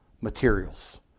materials